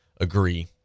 agree